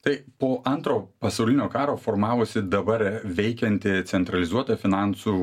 tai po antro pasaulinio karo formavosi dabar veikianti centralizuota finansų